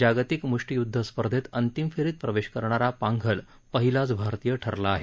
जागतिक मृष्टीयुद्ध स्पर्धेत अंतिम फेरीत प्रवेश करणारा पांघल पहिलाच भारतीय ठरला आहे